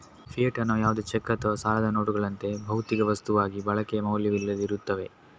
fiat ಹಣವು ಯಾವುದೇ cheque ಅಥವಾ ಸಾಲದ ನೋಟುಗಳಂತೆ, ಭೌತಿಕ ವಸ್ತುವಾಗಿ ಬಳಕೆಯ ಮೌಲ್ಯವಿಲ್ಲದೆ ಇರುತ್ತದೆ